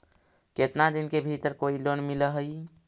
केतना दिन के भीतर कोइ लोन मिल हइ?